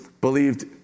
believed